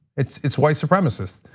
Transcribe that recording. it's it's white supremacists.